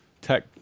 tech